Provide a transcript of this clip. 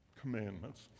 commandments